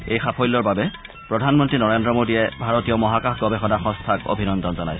এই সাফ্যৰ বাবে প্ৰধানমন্ত্ৰী নৰেন্দ্ৰ মোদীয়ে ভাৰতীয় মহাকাশ গৱেষণা সংস্থাক অভিনন্দন জনাইছে